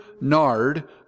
nard